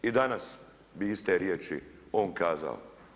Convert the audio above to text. I danas bi iste riječi on kazao.